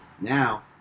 now